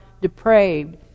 depraved